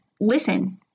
listen